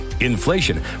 inflation